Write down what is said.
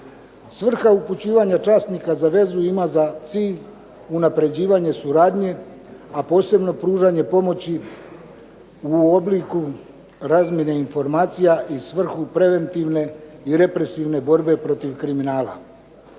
Svrha upućivanja časnika za vezu ima za cilj unapređivanje suradnje, a posebno pružanje pomoći u obliku razmjene informacija i svrhu preventivne i represivne borbe protiv kriminala.